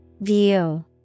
View